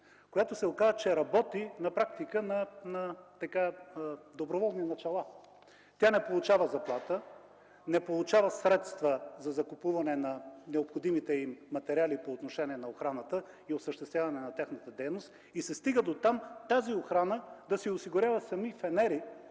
която се оказа, че работи на практика на доброволни начала. Тя не получава заплата, не получава средства за закупуване на необходимите им материали по отношение на охраната, за осъществяване на тяхната дейност и се стига дотам да си осигуряват сами фенери,